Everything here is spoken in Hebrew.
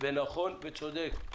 נכון וצודק.